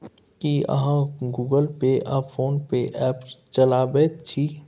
की अहाँ Google Pay आ PhonePe app चलाबैत छी?